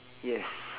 yes